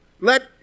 Let